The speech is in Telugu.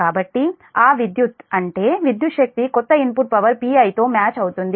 కాబట్టి ఆ విద్యుత్ అంటే విద్యుత్ శక్తి కొత్త ఇన్పుట్ పవర్ Pi తోమ్యాచ్ అవుతుంది